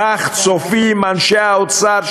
כך צופים אנשי האוצר,